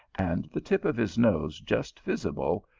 and the tip of his nose just visible,